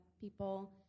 people